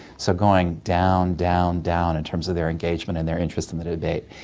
so going down, down, down in terms of their engagement and their interest in the debate.